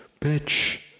bitch